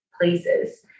places